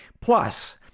Plus